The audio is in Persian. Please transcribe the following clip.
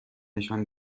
نشان